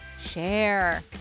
share